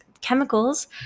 chemicals